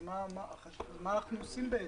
אז מה אנחנו עושים בעצם?